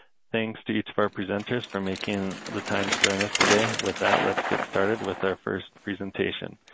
thanks to each of our presenters for making the time to join us today. with that, let's get started with our first presentation.